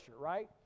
right